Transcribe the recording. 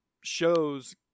shows